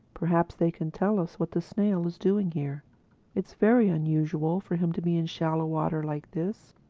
perhaps they can tell us what the snail is doing here it's very unusual for him to be in shallow water like this.